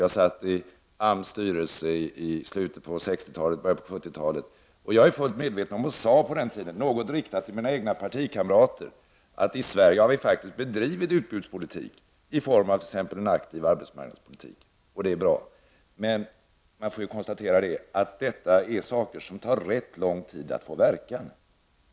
Jag satt i AMS styrelse i slutet av 1960-talet och i början av 1970-talet, och jag sade på den tiden, även till mina egna partikamrater, att vi i Sverige faktiskt har bedrivit utbudspolitik, t.ex. i form av en aktiv arbetsmarknadspolitik. Det är bra, men man får konstatera att det tar rätt lång tid för dessa saker att verka.